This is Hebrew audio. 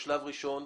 כשלב ראשון,